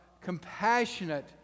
compassionate